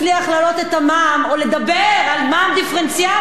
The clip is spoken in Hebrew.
לדבר על מע"מ דיפרנציאלי אחרי החגים.